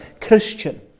Christian